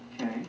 Okay